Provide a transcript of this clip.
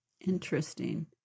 Interesting